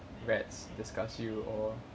rats disgust you or